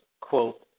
quote